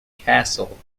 castle